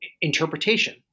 interpretation